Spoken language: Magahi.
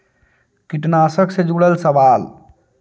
कीटनाशक से जुड़ल सवाल?